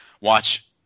watch